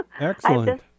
excellent